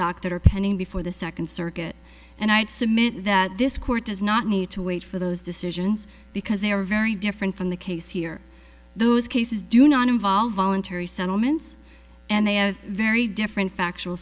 are pending before the second circuit and i would submit that this court does not need to wait for those decisions because they are very different from the case here those cases do not involve voluntary settlements and they have very different factual